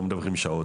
לא מדווחים שעות,